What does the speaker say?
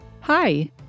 Hi